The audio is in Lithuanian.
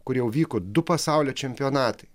kur jau vyko du pasaulio čempionatai